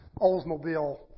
Oldsmobile